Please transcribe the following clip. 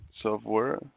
software